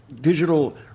digital